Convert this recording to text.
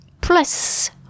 plus